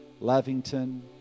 Lavington